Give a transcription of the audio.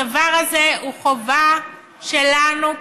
הדבר הזה הוא חובה שלנו כחברה.